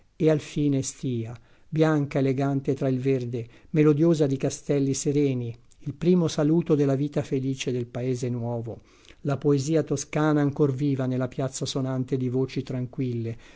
e al fine stia bianca elegante tra il verde melodiosa di castelli sereni il primo saluto della vita felice del paese nuovo la poesia toscana ancor viva nella piazza sonante di voci tranquille